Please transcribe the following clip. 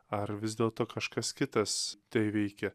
ar vis dėlto kažkas kitas tai veikia